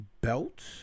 belt